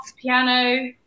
piano